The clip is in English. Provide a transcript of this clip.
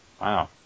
Wow